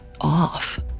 off